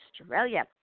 Australia